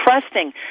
trusting